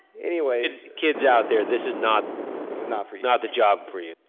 anyways. kids out there, this is not this is not for you. not the job for you.